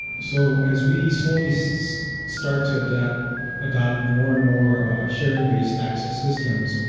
so as we slowly so start to adapt adopt more and more sharing-based access systems,